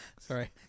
Sorry